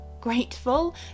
grateful